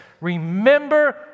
Remember